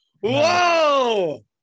whoa